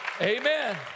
Amen